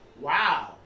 Wow